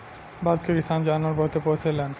भारत के किसान जानवर बहुते पोसेलन